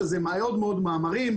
יש בעניין הזה מאמרים,